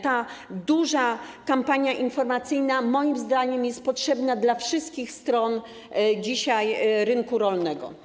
Ta duża kampania informacyjna, moim zdaniem, jest potrzebna dla wszystkich stron rynku rolnego.